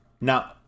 now